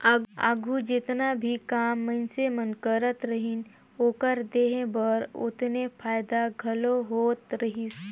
आघु जेतना भी काम मइनसे मन करत रहिन, ओकर देह बर ओतने फएदा घलो होत रहिस